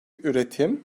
üretim